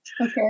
Okay